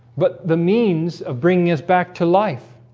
but the means of bringing us back to life